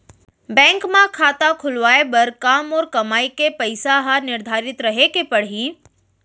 Bank म खाता खुलवाये बर का मोर कमाई के पइसा ह निर्धारित रहे के पड़ही?